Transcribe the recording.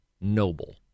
noble